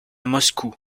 moscou